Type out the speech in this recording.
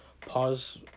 pause